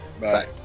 Bye